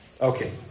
Okay